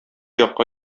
якка